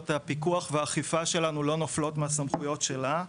הפיקוח והאכיפה שלנו לא נופלות מהסמכויות שלה.